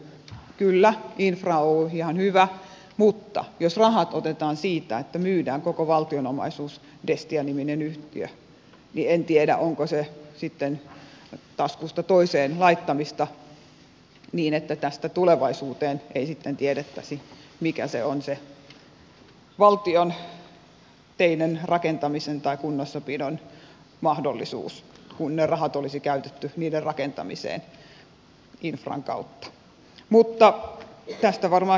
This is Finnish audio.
kyllä infra oy on ihan hyvä mutta jos rahat otetaan siitä että myydään koko valtion omaisuus destia niminen yhtiö niin en tiedä onko se sitten taskusta toiseen laittamista niin että tästä tulevaisuuteen ei sitten tiedettäisi mikä se on se valtion teiden rakentamisen tai kunnossapidon mahdollisuus kun ne rahat olisi käytetty niiden rakentamiseen infran kautta mutta tästä varmaan keskustelu jatkuu yhä edelleen